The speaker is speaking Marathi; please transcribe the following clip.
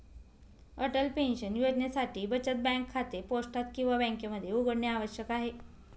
अटल पेन्शन योजनेसाठी बचत बँक खाते पोस्टात किंवा बँकेमध्ये उघडणे आवश्यक आहे